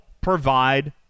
provide